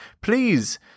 please